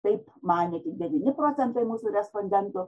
taip manė tik devyni procentai mūsų respondentų